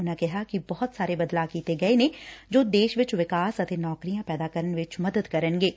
ਉਨਾਂ ਕਿਹਾ ਕਿ ਬਹੁਤ ਸਾਰੇ ਬਦਲਾਅ ਕੀਤੇ ਗਏ ਨੇ ਜੋ ਦੇਸ਼ ਚ ਵਿਕਾਸ ਅਤੇ ਨੌਕਰੀਆਂ ਪੈਦਾ ਕਰਨ ਵਿਚ ਮਦਦ ਕਰਨਗੇ